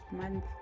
month